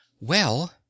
Well